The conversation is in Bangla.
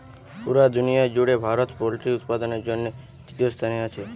পুরা দুনিয়ার জুড়ে ভারত পোল্ট্রি উৎপাদনের জন্যে তৃতীয় স্থানে আছে